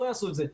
לא יעשו את זה.